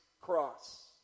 cross